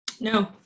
No